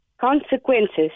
consequences